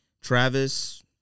Travis